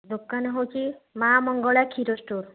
ଦୋକାନ ହେଉଛି ମା ମଙ୍ଗଳା କ୍ଷୀର ଷ୍ଟୋର୍